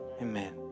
Amen